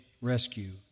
rescue